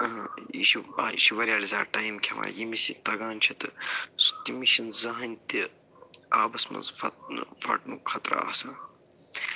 یہِ چھُ آ یہِ چھُ وارِیاہ زیادٕ ٹایِم کھٮ۪وان ییٚمِس یہِ تگان چھِ تہٕ سُہ تٔمِس چھِنہٕ زٕہٕنۍ تہِ آبس منٛز فَہ فٹنُک خطرٕ آسان